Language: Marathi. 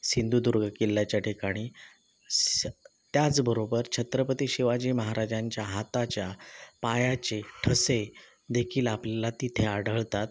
सिंधुदुर्ग किल्ल्याच्या ठिकाणी त्याचबरोबर छत्रपती शिवाजी महाराजांच्या हाताच्या पायाचे ठसे देखील आपल्याला तिथे आढळतात